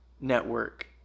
Network